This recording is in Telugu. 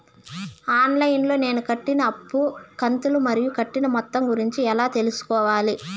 ఆన్ లైను లో నేను కట్టిన అప్పు కంతులు మరియు కట్టిన మొత్తం గురించి ఎలా తెలుసుకోవాలి?